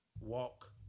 walk